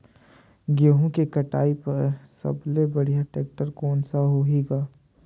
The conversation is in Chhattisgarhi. गहूं के कटाई पर सबले बढ़िया टेक्टर कोन सा होही ग?